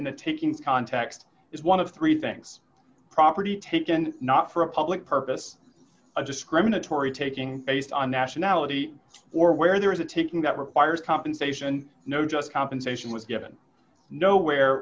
taking context is one of three things property taken not for a public purpose a discriminatory taking based on nationality or where there is a taking that requires compensation no just compensation was given no where